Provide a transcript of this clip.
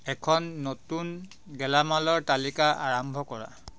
এখন নতুন গেলামালৰ তালিকা আৰাম্ভ কৰা